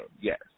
Yes